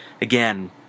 again